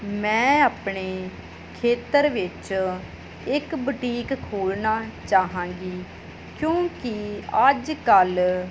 ਮੈਂ ਆਪਣੇ ਖੇਤਰ ਵਿੱਚ ਇੱਕ ਬੁਟੀਕ ਖੋਲ੍ਹਣਾ ਚਾਹਵਾਂਗੀ ਕਿਉਂਕਿ ਅੱਜ ਕੱਲ੍ਹ